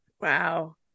Wow